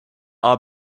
are